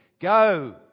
Go